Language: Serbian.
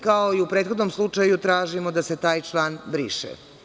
Kao i u prethodnom slučaju, tražimo da se taj član briše.